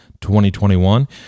2021